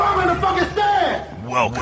Welcome